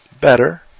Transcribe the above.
better